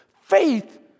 Faith